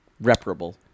Reparable